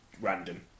random